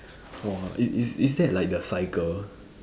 !wah! is is is that like the cycle